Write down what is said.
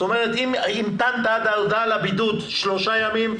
אם המתנת עד ההודעה על הבידוד שלושה ימים,